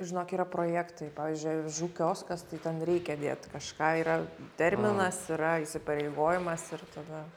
žinok yra projektai pavyzdžiui avižų kioskas tai ten reikia dėt kažką yra terminas yra įsipareigojimas ir tada